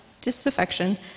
disaffection